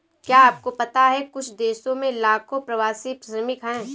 क्या आपको पता है कुछ देशों में लाखों प्रवासी श्रमिक हैं?